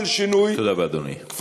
תודה רבה, אדוני.